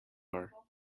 are